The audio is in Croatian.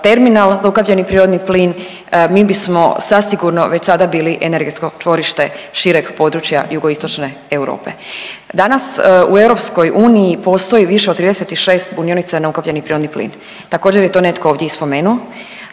terminal za ukapljeni prirodni plin mi bismo zasigurno već sada bili energetsko čvorište šireg područja jugoistočne Europe. Danas u EU postoji više od 36 punionica na ukapljeni prirodni plin. Također je to netko ovdje i spomenuo,